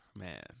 man